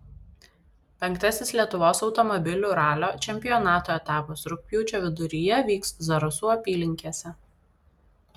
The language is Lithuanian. penktasis lietuvos automobilių ralio čempionato etapas rugpjūčio viduryje vyks zarasų apylinkėse